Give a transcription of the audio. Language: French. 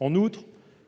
En outre,